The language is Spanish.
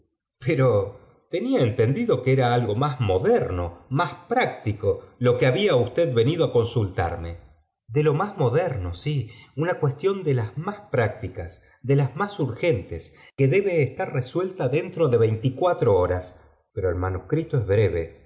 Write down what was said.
pero tenía entendido que era algo más moderno más práctico lo que había usted venido á consultarme de lo más moderno una cuestión de las más prácticas de las más urgentes que debe estar resuelta dentro de veinticuatro horas pero el manuscrito es breve